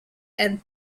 and